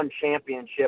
championship